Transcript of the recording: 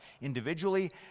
individually